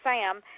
Sam